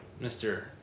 Mr